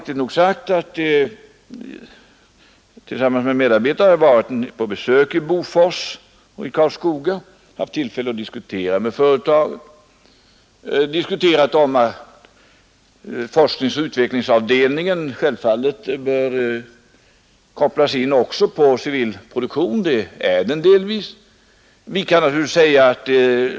Tillsammans med medarbetare har jag varit på besök i Bofors och Karlskoga och haft tillfälle att diskutera med representanter för kommunen, de anställda och företrädare för bl.a. Bofors. Det har då varit tal om att forskningsoch utvecklingsavdelningen bör kopplas in på civil produktion. Delvis har så redan skett.